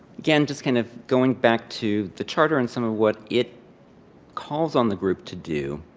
again, just kind of going back to the charter and some of what it calls on the group to do.